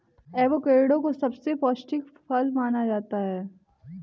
avocado को सबसे पौष्टिक फल माना जाता है